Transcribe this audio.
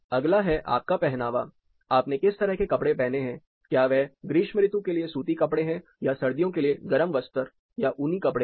अगला है आपका पहनावा आपने किस तरह के कपड़े पहने हैं क्या वह ग्रीष्म ऋतु के लिए सूती कपड़े है या सर्दियों के लिए गरम वस्त्र या ऊनी कपड़े हैं